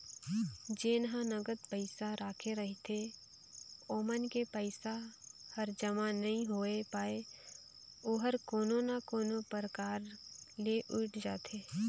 जेन ह नगद पइसा राखे रहिथे ओमन के पइसा हर जमा नइ होए पाये ओहर कोनो ना कोनो परकार ले उइठ जाथे